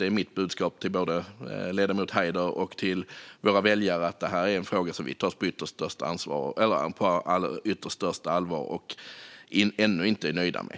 Det är mitt budskap till både ledamoten Haider och våra väljare att det här är en fråga som vi tar på yttersta allvar och som vi ännu inte är nöjda med.